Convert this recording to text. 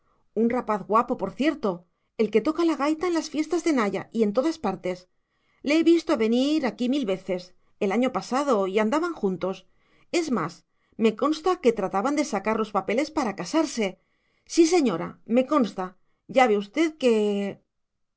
un rapaz guapo por cierto el que toca la gaita en las fiestas de naya y en todas partes le he visto venir aquí mil veces el año pasado y andaban juntos es más me consta que trataban de sacar los papeles para casarse sí señora me consta ya ve usted que